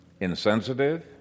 insensitive